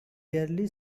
barely